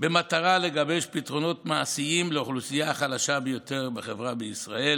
במטרה לגבש פתרונות מעשיים לאוכלוסייה החלשה ביותר בחברה בישראל.